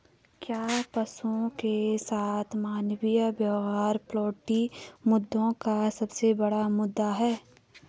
क्या पशुओं के साथ मानवीय व्यवहार पोल्ट्री मुद्दों का सबसे बड़ा मुद्दा है?